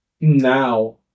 now